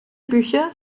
bücher